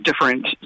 different